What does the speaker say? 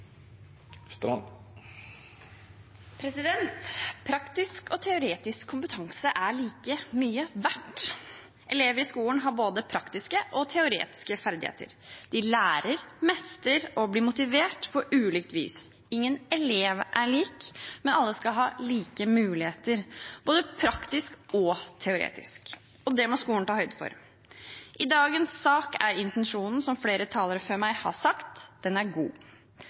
skolehverdagen. Praktisk og teoretisk kompetanse er like mye verdt. Elevene i skolen har både praktiske og teoretiske ferdigheter. De lærer, mestrer og blir motivert på ulikt vis. Ingen elever er like, men alle skal ha like muligheter, både praktisk og teoretisk. Det må skolen ta høyde for. I dagens sak er intensjonen, som flere talere før meg har sagt, god. Det er